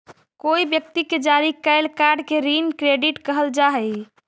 कोई व्यक्ति के जारी कैल कार्ड के ऋण क्रेडिट कहल जा हई